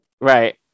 right